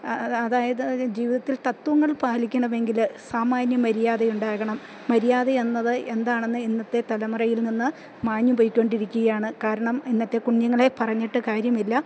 അതായത് ജീവിതത്തിൽ തത്ത്വങ്ങൾ പാലിക്കണമെങ്കില് സാമാന്യ മര്യാദ ഉണ്ടാകണം മര്യാദ എന്നത് എന്താണെന്ന് ഇന്നത്തെ തലമുറയിൽ നിന്ന് മാഞ്ഞു പോയ്ക്കൊണ്ടിരിക്കുകയാണ് കാരണം ഇന്നത്തെ കുഞ്ഞുങ്ങളെ പറഞ്ഞിട്ട് കാര്യമില്ല